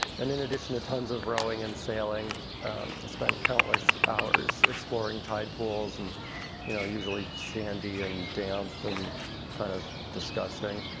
and in addition to tons of rowing and sailing, i spent countless hours exploring tide pools, and you know, usually sandy and damp, and kind of disgusting,